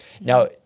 now